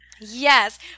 yes